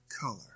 color